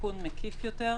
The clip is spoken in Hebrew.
תיקון מקיף יותר.